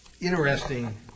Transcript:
interesting